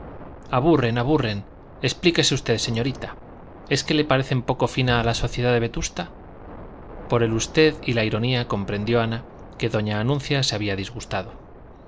aburren aburren explíquese usted señorita es que le parece poco fina la sociedad de vetusta por el usted y la ironía comprendió ana que doña anuncia se había disgustado